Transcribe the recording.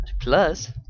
Plus